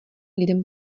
lidem